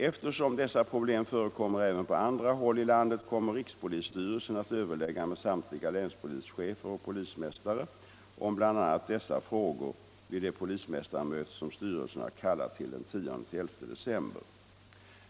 Eftersom dessa problem förekommer även på andra håll i landet kommer = rikspolisstyrelsen att överlägga med samtliga länspolischefer och polismästare om bl.a. dessa frågor vid det polismästarmöte som styrelsen har kallat till den 10-11 december.